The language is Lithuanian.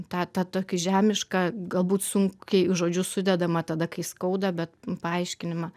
tą tą tokį žemišką galbūt sunkiai į žodžius sudedamą tada kai skauda bet paaiškinimą